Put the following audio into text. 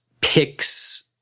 picks